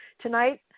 tonight